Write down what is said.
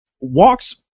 walks